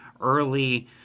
early